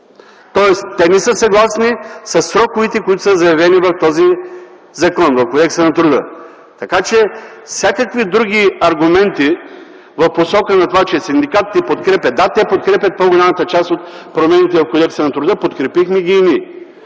Тоест те не са съгласни със сроковете, които са заявени в този закон, в Кодекса на труда. Така че всякакви други аргументи в посока на това, че синдикатите подкрепят ... Да, те подкрепят по-голямата част от промените в Кодекса на труда, подкрепихме ги и ние.